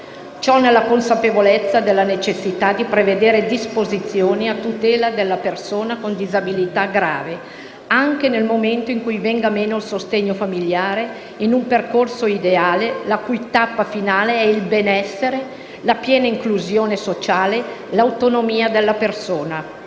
Ciò nella consapevolezza della necessità di prevedere disposizioni a tutela della persona con disabilità grave, anche nel momento in cui venga meno il sostegno familiare, in un percorso ideale la cui tappa finale è il benessere, la piena inclusione sociale e l'autonomia della persona.